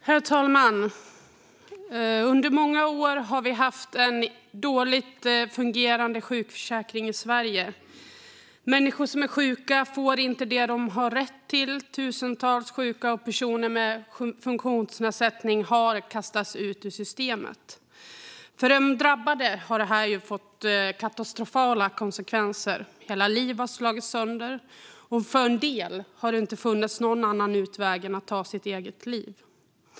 Herr talman! Under många år har vi haft en dåligt fungerande sjukförsäkring i Sverige. Människor som är sjuka får inte det de har rätt till. Tusentals sjuka och personer med funktionsnedsättning har kastats ut ur systemet. För de drabbade har detta fått katastrofala konsekvenser. Hela liv har slagits sönder, och för en del har det inte funnits någon annan utväg än att ta sitt liv.